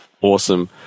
awesome